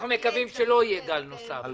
אנחנו מקווים שלא יהיה גל נוסף.